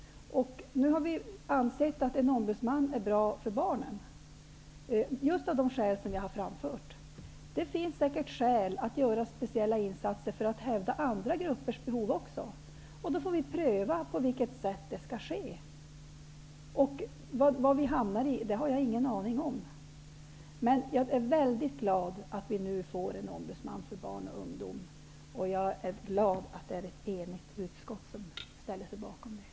Nu har vi ansett att en Barnombudsman är bra för barnen, just av de skäl som jag har framfört. Det finns säkert skäl att göra speciella insatser för att hävda andra gruppers behov också, och då får vi pröva på vilket sätt det skall ske. Vad vi hamnar i har jag ingen aning om. Men jag är väldigt glad över att vi nu får en ombudsman för barn och ungdom, och jag är glad åt att det är ett enigt utskott som ställt sig bakom förslaget.